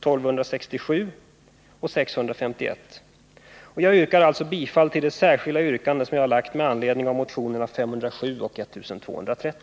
1267 och 651. Jag yrkar alltså bifall till det särskilda yrkande som jag har lagt fram med anledning av motionerna 507 och 1230.